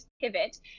pivot